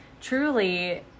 truly